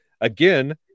again